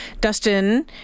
Dustin